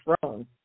throne